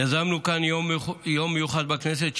יזמנו כאן יום מיוחד בכנסת,